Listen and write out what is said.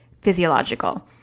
physiological